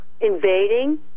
invading